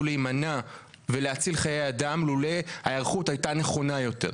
להימנע ולהציל חיי אדם אם ההיערכות הייתה נכונה יותר.